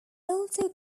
also